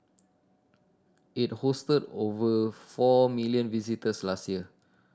it hosted over four million visitors last year